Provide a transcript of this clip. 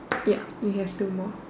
ya we have two more